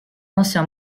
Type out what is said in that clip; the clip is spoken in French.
ancien